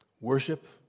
worship